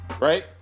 Right